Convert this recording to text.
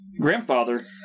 grandfather